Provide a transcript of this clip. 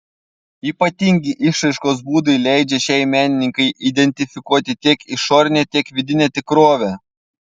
ypatingi išraiškos būdai leidžia šiai menininkei identifikuoti tiek išorinę tiek vidinę tikrovę